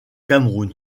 cameroun